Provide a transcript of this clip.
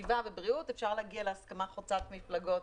סביבה ובריאות אפשר להגיע להסכמה חוצת מפלגות